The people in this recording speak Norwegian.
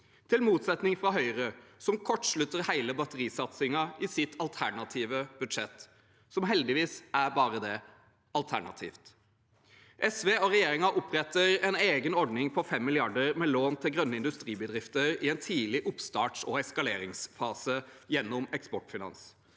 i motsetning til Høyre, som kortslutter hele batterisatsingen i sitt alternative budsjett, som heldigvis er bare det: alternativt. SV og regjeringen oppretter en egen ordning på 5 mrd. kr med lån til grønne industribedrifter i en tidlig oppstarts- og eskaleringsfase, gjennom Eksportfinans.